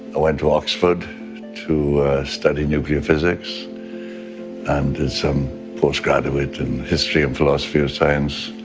went to oxford to study nuclear physics and some post-graduate and history and philosophy of science,